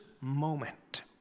moment